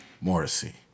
Morrissey